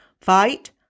fight